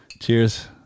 Cheers